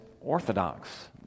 orthodox